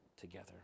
together